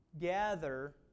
gather